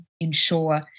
ensure